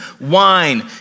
wine